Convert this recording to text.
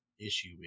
Issue